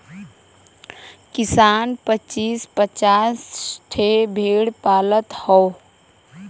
किसान पचीस पचास ठे भेड़ पालत हौ